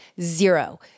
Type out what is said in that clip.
Zero